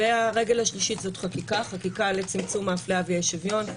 הרגל השלישית זאת חקיקה חקיקה לצמצום ההפליה ואי השוויון.